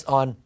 on